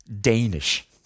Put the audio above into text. Danish